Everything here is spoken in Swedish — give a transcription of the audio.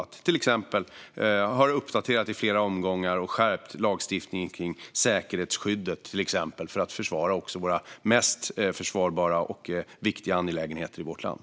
Vi har till exempel i flera omgångar uppdaterat och skärpt lagstiftningen kring säkerhetsskyddet för att försvara de mest försvarsvärda och viktiga angelägenheterna i vårt land.